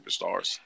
superstars